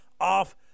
off